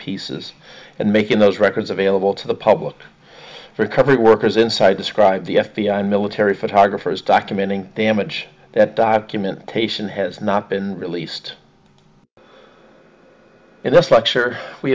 pieces and making those records available to the public recovery workers inside described the f b i military photographers documenting damage that documentation has not been released and that's like sure we